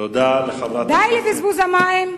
תודה לחברת הכנסת, די לבזבוז המים,